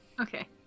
Okay